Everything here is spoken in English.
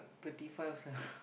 thirty five how sia